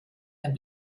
ein